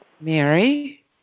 Mary